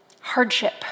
hardship